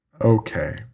Okay